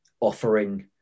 offering